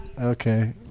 Okay